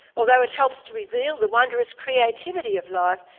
although it helps to reveal the wondrous creativity of life,